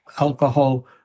alcohol